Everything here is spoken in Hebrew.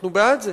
אנחנו בעד זה.